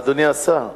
אדוני השר,